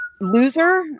Loser